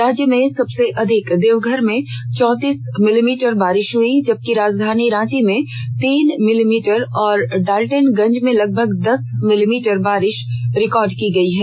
राज्य में सबसे अधिक देवघर में चौंतीस मिलीमीटर बारिष हई जबकि राजधानी रांची में तीन मिलीमीटर और डाल्टनगंज में लगभग दस मिलीमीटर बारिष रिकॉर्ड की गई है